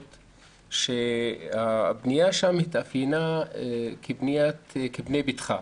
היא שהבנייה שם התאפיינה כבניית בנה ביתך,